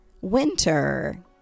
winter